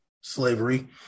slavery